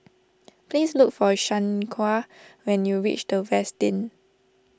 please look for Shaniqua when you reach the Westin